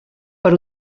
per